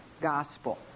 gospel